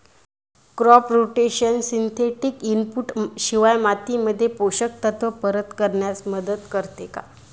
Crop rotation synthetic input शिवाय मातीमध्ये पोषक तत्त्व परत करण्यास मदत करते का?